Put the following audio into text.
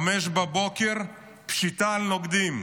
ב-05:00 פשיטה על נוקדים.